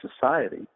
society